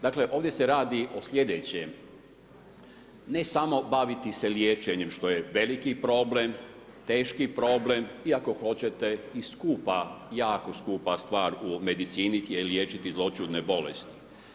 Dakle, ovdje se radi o slijedećem, ne samo baviti se liječenjem što je veliki problem, teški problem i ako hoćete skupa, jako skupa stvar u medicini je liječiti zloćudne bolesti.